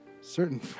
Certain